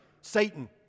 Satan